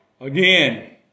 again